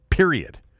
Period